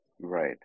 Right